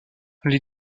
les